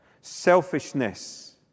selfishness